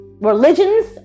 Religions